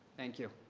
thank you.